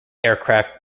aircraft